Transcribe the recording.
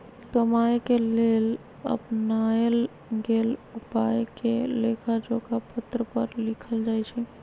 कमाए के लेल अपनाएल गेल उपायके लेखाजोखा पत्र पर लिखल जाइ छइ